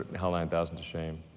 hell nine thousand to shame.